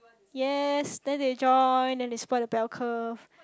yes then they join then they spoilt the bell curve